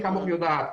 מי כמוך יודעת.